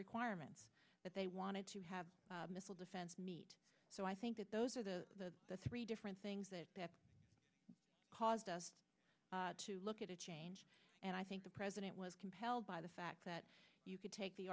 requirements that they wanted to have missile defense meet so i think that those are the three different things that caused us to look at a change and i think the president was compelled by the fact that you could take the